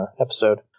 episode